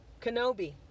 Kenobi